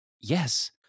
Yes